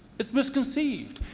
it's misconceived,